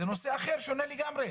זה נושא שונה לגמרי.